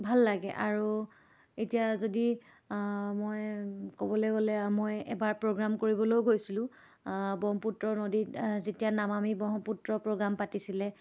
ভাল লাগে আৰু এতিয়া যদি মই ক'বলে গ'লে মই এবাৰ প্ৰগ্ৰাম কৰিবলৈও গৈছিলোঁ ব্ৰহ্মপুত্ৰ নদীত যেতিয়া নমামী ব্ৰহ্মপুত্ৰ প্ৰগ্ৰাম পাতিছিলে